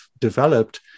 developed